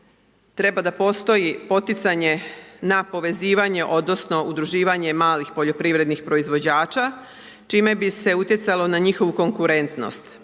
trebalo postojati poticanje na povezivanje odnosno udruživanje malih poljoprivrednih proizvođača, čime bi se utjecalo na njihovu konkuretnost,